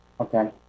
Okay